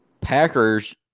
Packers